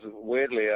weirdly